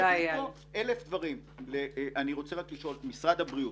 אני רוצה לשאול את משרד הבריאות.